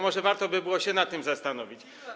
Może warto by było się nad tym zastanowić.